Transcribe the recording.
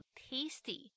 tasty